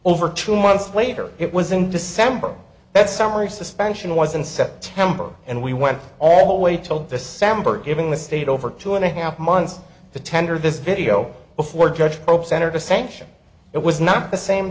over two months later it was in december that summary suspension was in september and we went all the way till december giving the state over two and a half months to tender this video before judge hope center to sanction it was not the same